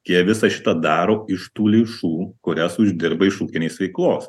jie visą šitą daro iš tų lėšų kurias uždirba iš ūkinės veiklos